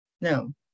No